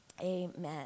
Amen